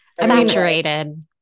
saturated